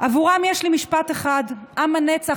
עבורם יש לי משפט אחד: עם הנצח,